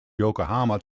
yokohama